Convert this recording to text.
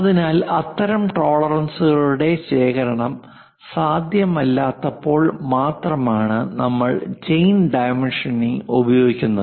അതിനാൽ അത്തരം ടോളറൻസുകളുടെ ശേഖരണം സാധ്യമല്ലാത്തപ്പോൾ മാത്രമാണ് നമ്മൾ ചെയിൻ ഡൈമൻഷനിംഗ് ഉപയോഗിക്കുന്നത്